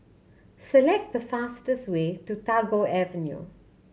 select the fastest way to Tagore Avenue